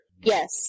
Yes